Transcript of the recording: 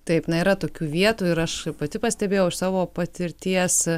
taip na yra tokių vietų ir aš pati pastebėjau iš savo patirties